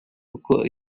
uko